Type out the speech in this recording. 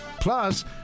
Plus